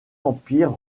empire